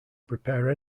prepare